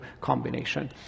combination